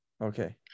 okay